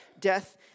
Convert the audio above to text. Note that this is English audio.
death